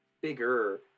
bigger